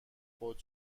خود